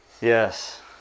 Yes